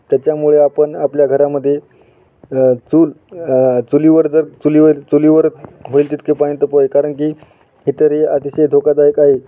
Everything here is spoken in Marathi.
त्याच्यामुळे आपण आपल्या घरामध्ये चूल चुलीवर जर चुलीवर चुलीवर होईल तितके पाणी तापवावे कारण की इतर हे अतिशय धोकादायक आहे